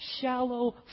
shallow